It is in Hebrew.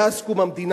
מאז קום המדינה,